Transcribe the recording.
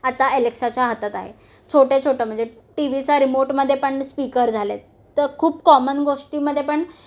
आता अॅलेक्साच्या हातात आहे छोटेछोटे म्हणजे टीव्हीचा रिमोटमध्ये पण स्पीकर झाले आहेत तर खूप कॉमन गोष्टीमधे पण